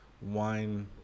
wine